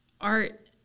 art